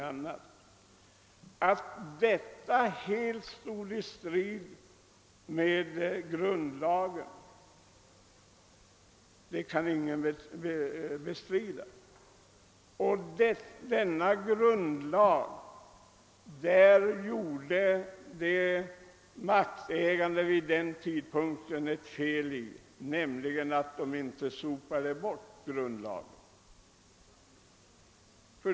Att detta helt stod i strid med grundlagen kan ingen bestrida. Beträffande denna grundlag gjorde de maktägande vid den tidpunkten det felet, att de inte upp hävde den lagen.